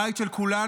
הבית של כולנו,